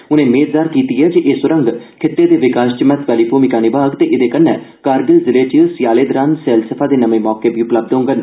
उनें मेद जाहर कीती ऐ जे एह स्रंग खिते दे विकास च महत्वै आहली भूमिका अदा करोग ते एहदे कन्नै कारगिल जिले च स्यालें दौरान सैलसफा दे नमें मौके बी उपलब्ध होडन